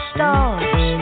Stars